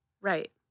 Right